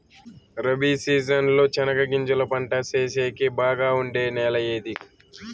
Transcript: Rabi season లో చెనగగింజలు పంట సేసేకి బాగా ఉండే నెల ఏది?